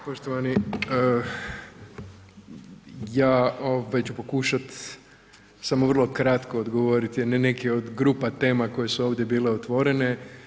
Poštovani, ja opet ću pokušati samo vrlo kratko odgovoriti na neke od grupa tema koje su ovdje bile otvorene.